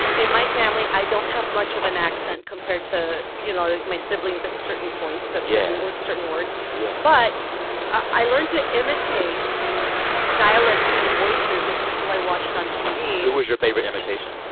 in my family, i don't have much of an accent compared to, you know, like, my siblings at certain points. yeah. with certain words yeah but i learned to imitate dialects and voices of people i watched on tv who was your favorite imitation?